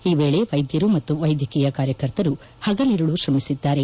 ಈ ವೇಳೆ ವೈದ್ಯರು ಮತ್ತು ವೈದ್ಯಕೀಯ ಕಾರ್ಯಕರ್ತರು ಹಗಲಿರುಳು ಶ್ರಮಿಸಿದ್ದಾರೆ